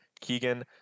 keegan